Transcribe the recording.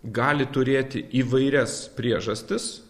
gali turėti įvairias priežastis